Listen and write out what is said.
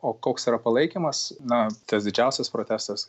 o koks yra palaikymas na tas didžiausias protestas